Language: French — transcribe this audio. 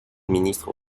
ministres